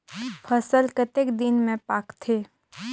फसल कतेक दिन मे पाकथे?